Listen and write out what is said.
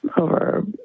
over